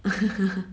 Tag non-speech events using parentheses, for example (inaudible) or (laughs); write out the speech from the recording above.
(laughs)